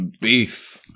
beef